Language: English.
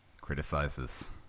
Criticizes